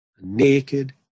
naked